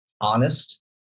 honest